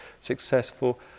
successful